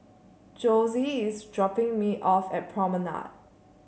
Jose is dropping me off at Promenade